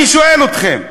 אני שואל אתכם,